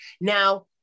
Now